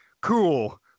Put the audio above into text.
cool